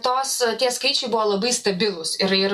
tos tie skaičiai buvo labai stabilūs ir ir